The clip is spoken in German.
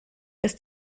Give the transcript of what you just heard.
ist